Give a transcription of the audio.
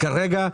כרגע,